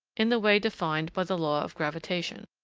in the way defined by the law of gravitation.